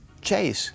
Chase